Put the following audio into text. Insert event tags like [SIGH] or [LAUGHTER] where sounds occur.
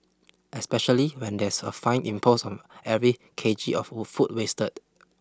especially when there's a fine imposed on every K G of [NOISE] food wasted